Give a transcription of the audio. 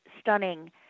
stunning